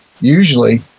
usually